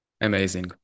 Amazing